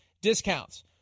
discounts